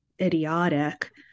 idiotic